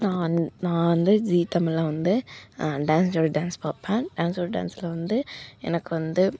நான் வந் நான் வந்து ஜீ தமிழில் வந்து டான்ஸ் ஜோடி டான்ஸ் பார்ப்பன் டான்ஸ் ஜோடி டான்ஸில் வந்து எனக்கு வந்து